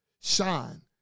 Shine